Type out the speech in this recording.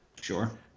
Sure